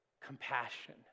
Compassion